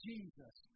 Jesus